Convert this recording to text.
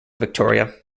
victoria